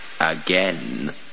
again